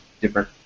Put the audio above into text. different